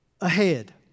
ahead